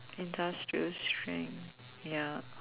industrial strength ya